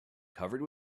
covered